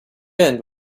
end